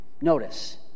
Notice